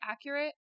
accurate